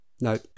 No